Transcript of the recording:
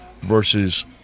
versus